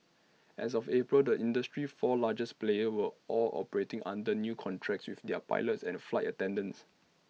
as of April the industry's four largest players were all operating under new contracts with their pilots and flight attendants